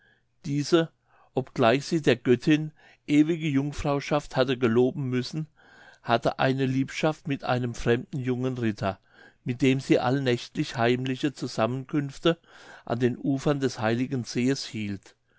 diese obgleich sie der göttin ewige jungfrauschaft hatte geloben müssen hatte eine liebschaft mit einem fremden jungen ritter mit dem sie allnächtlich heimliche zusammenkünfte an den ufern des heiligen sees hielt